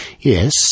yes